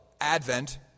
Advent